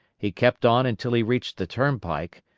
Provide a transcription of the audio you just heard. he kept on until he reached the turnpike,